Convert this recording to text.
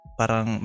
parang